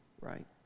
right